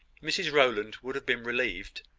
mrs rowland would have been relieved,